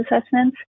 assessments